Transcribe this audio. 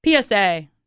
PSA